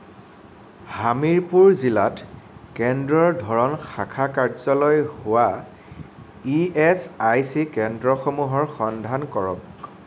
হামিৰপুৰ জিলাত কেন্দ্ৰৰ ধৰণ শাখা কাৰ্যালয় হোৱা ই এচ আই চি কেন্দ্ৰসমূহৰ সন্ধান কৰক